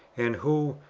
and who,